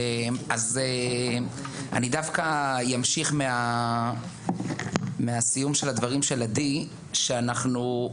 אז אני דווקא ימשיך מהסיום של הדברים של עדי שאנחנו,